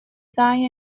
ddau